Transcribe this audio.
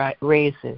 raises